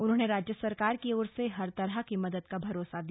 उन्होंने राज्य सरकार की ओर से हर तरह की मदद का भरोसा दिया